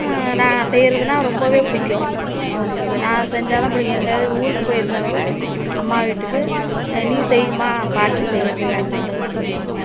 நான் செய்யறதுனா ரொம்பவே பிடிக்கும் உங்களுக்கு நான் செஞ்சால் தான் பிடிக்கும் எங்கேயாது ஊருக்கு போய் இருந்தால் கூட அம்மா வீட்டுக்கு நீ செய்மா பாட்டி செய்யறது வேண்டாம் அப்படின்னு சொல்லுவாங்க